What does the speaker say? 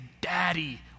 daddy